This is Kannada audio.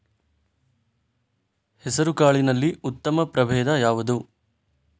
ಹೆಸರುಕಾಳಿನಲ್ಲಿ ಉತ್ತಮ ಪ್ರಭೇಧ ಯಾವುದು?